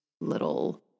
little